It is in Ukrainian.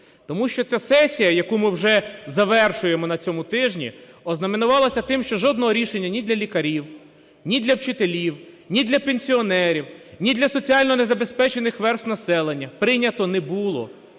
Тому що ця сесія, яку ми вже завершуємо на цьому тижні, ознаменувалася тим, що жодного рішення ні для лікарів, ні для вчителів, ні для пенсіонерів, ні для соціально незабезпечених верств населення прийнято не було,